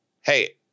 Hey